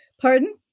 Pardon